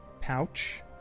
pouch